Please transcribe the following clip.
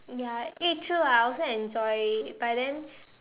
ya eh true ah I also enjoy it but then